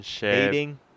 Dating